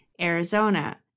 Arizona